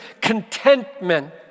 contentment